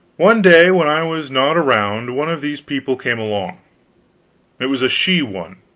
one day when i was not around, one of these people came along it was a she one,